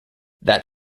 that